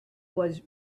was